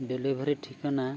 delivery ᱴᱷᱤᱠᱟᱹᱱᱟ